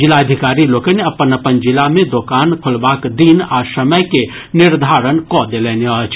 जिलाधिकारी लोकनि अपन अपन जिला मे दोकानक खोलबाक दिन आ समय के निर्धारण कऽ देलनि अछि